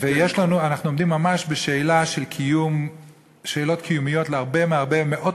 אנחנו עומדים ממש בשאלות קיומיות למאות